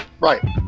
Right